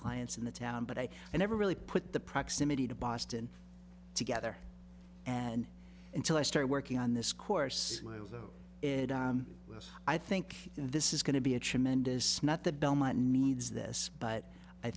clients in the town but i never really put the proximity to boston together and until i started working on this course i think this is going to be a tremendous not the belmont needs this but i